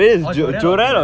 or jorrel or jarrel